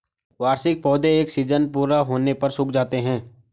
वार्षिक पौधे एक सीज़न पूरा होने पर सूख जाते हैं